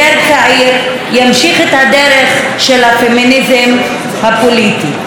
יותר צעיר, ימשיך את הדרך של הפמיניזם הפוליטי.